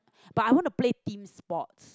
but I want to play team sports